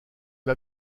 m’a